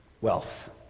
wealth